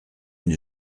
une